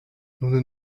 nous